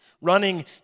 Running